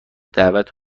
دعوت